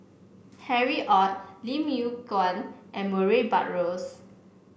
Harry Ord Lim Yew Kuan and Murray Buttrose